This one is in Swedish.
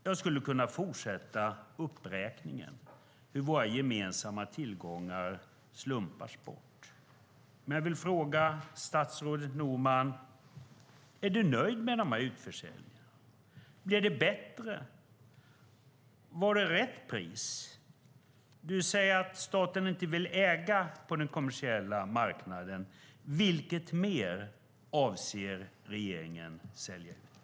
Jag skulle kunna fortsätta uppräkningen av hur våra gemensamma tillgångar slumpas bort, men jag vill fråga statsrådet Norman: Är du nöjd med utförsäljningarna? Blev det bättre? Var det rätt pris? Du säger att staten inte vill äga på den kommersiella marknaden. Vad mer avser regeringen att sälja ut?